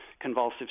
convulsive